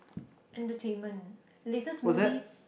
entertainment latest movies